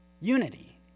unity